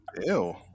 Ew